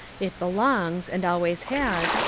it belongs, and always has,